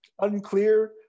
unclear